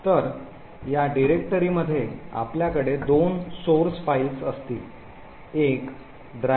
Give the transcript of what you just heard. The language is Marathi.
तर या डिरेक्टरीमध्ये आपल्याकडे दोन सोर्स फाइल्स असतील एक driver